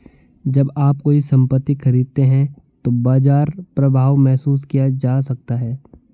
जब आप कोई संपत्ति खरीदते हैं तो बाजार प्रभाव महसूस किया जा सकता है